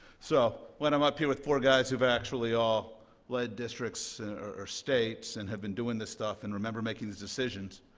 so when i'm up here with four guys who've actually all led districts or states, and have been doing this stuff, and remember making these decisions.